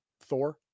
Thor